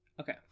Okay